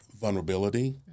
vulnerability